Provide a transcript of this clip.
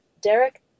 Derek